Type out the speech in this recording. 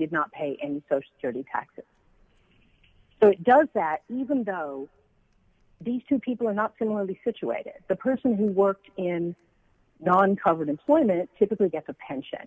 did not pay any social security taxes does that even though these two people are not similarly situated the person who worked in non covered employment typically gets a pension